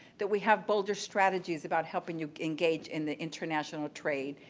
that we have bolder strategies about helping you engage in the international trade,